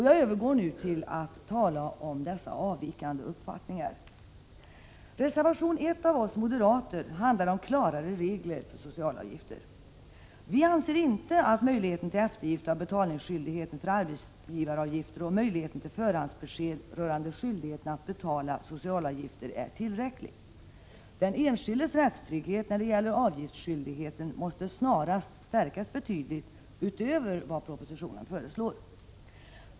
Jag övergår nu till att tala om de avvikande uppfattningar som framförs i dessa. Reservation 1 av oss moderater i utskottet handlar om klarare regler för socialavgifter. Vi anser inte att möjligheten till eftergift av betalningsskyldigheten för arbetsgivaravgifter och möjligheten till förhandsbesked rörande skyldigheten att betala socialavgifter är tillräcklig. Den enskildes rättstrygghet när det gäller avgiftsskyldigheten måste snarast stärkas betydligt utöver vad propositionen föreslår.